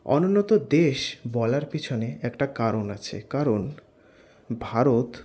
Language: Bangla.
অনুন্নত দেশ বলার পিছনে একটা কারণ আছে কারণ ভারত